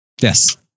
yes